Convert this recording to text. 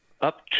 up